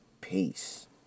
peace